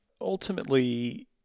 ultimately